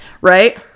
Right